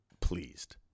pleased